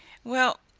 well,